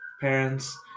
parents